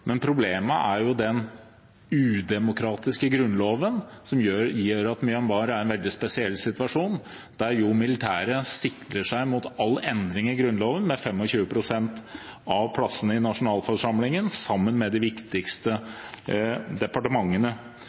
er i en veldig spesiell situasjon, der de militære sikrer seg mot all endring i grunnloven med 25 pst. av plassene i nasjonalforsamlingen, sammen med de viktigste departementene.